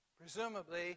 Presumably